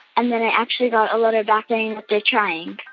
and then i actually got a letter back saying that they're trying.